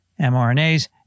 mRNAs